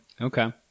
Okay